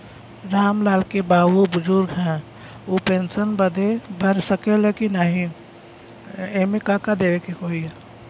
राम लाल के बाऊ बुजुर्ग ह ऊ पेंशन बदे भर सके ले की नाही एमे का का देवे के होई?